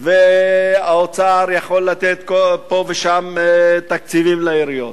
והאוצר יכול לתת פה ושם תקציבים לעיריות,